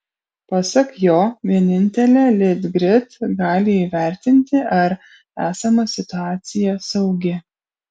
pasak jo vienintelė litgrid gali įvertinti ar esama situacija saugi